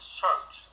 church